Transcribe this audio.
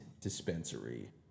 dispensary